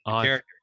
character